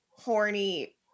horny